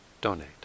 donate